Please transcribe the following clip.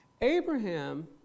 Abraham